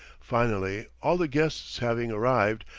finally, all the guests having arrived,